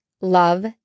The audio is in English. love